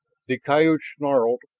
the coyotes snarled,